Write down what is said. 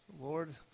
Lord